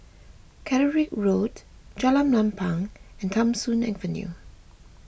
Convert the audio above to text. Caterick Road Jalan Ampang and Tham Soong Avenue